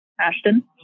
Ashton